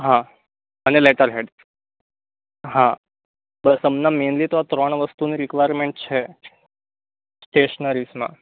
હા અને letter head હા બસ અમને મેનલી તો આ ત્રણ વસ્તુની રિકવારમેન્ટ છે સ્ટેશનરીઝમાં